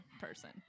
person